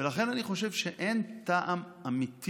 ולכן אני חושב שאין טעם אמיתי